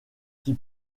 qui